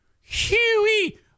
Huey